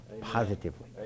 positively